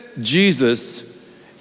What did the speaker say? Jesus